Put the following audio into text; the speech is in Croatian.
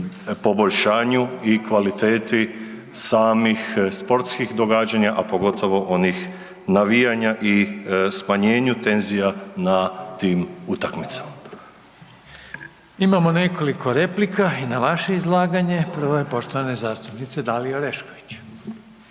poboljšanju i kvaliteti samih sportskih događanja, a pogotovo onih navijanja i smanjenju tenzija na tim utakmicama. **Reiner, Željko (HDZ)** Imamo nekoliko replika i na vaše izlaganje, prva je poštovane zastupnice Dalije Orešković.